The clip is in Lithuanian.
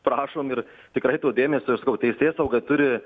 prašom ir tikrai to dėmesio sakau teisėsauga turi